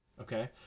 Okay